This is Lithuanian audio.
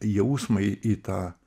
jausmą į į tą